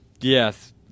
Yes